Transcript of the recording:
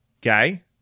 gay